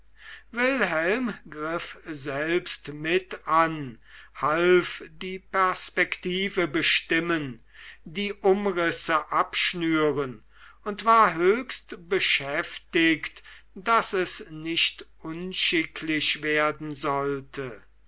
wilhelm griff selbst mit an half die perspektive bestimmen die umrisse abschnüren und war höchst beschäftigt daß es nicht unschicklich werden sollte